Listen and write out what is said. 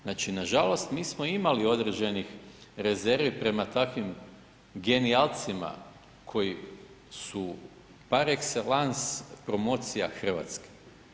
Znači, nažalost mi smo imali određenih rezervi prema takvim genijalcima koji su par exelans promocija Hrvatske.